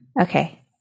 Okay